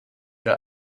der